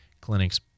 clinics